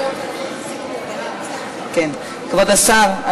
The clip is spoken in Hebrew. כבוד השר,